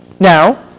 Now